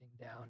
down